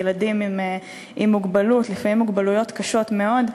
ילדים עם מוגבלות, לפעמים מוגבלויות קשות מאוד,